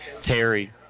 Terry